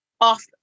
off